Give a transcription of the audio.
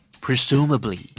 Presumably